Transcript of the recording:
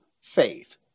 faith